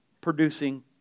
producing